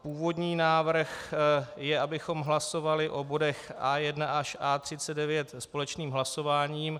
Původní návrh je, abychom hlasovali o bodech A1 až A39 společným hlasováním.